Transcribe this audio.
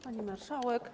Pani Marszałek!